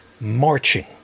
marching